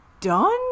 done